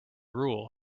rule